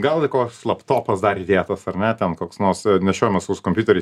gal ir koks laptopas dar įdėtas ar ne ten koks nors nešiojamas koks kompiuteris